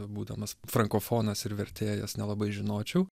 būdamas frankofonas ir vertėjas nelabai žinočiau